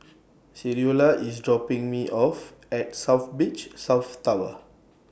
Creola IS dropping Me off At South Beach South Tower